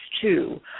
two